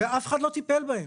ואף אחד לא טיפל בהם,